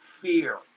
fear